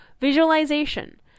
visualization